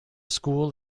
school